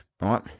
right